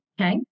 Okay